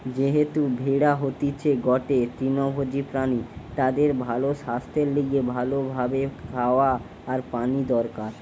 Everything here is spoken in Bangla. যেহেতু ভেড়া হতিছে গটে তৃণভোজী প্রাণী তাদের ভালো সাস্থের লিগে ভালো ভাবে খাওয়া আর পানি দরকার